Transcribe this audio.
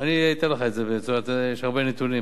אני אתן לך את זה בצורה יותר, יש הרבה נתונים.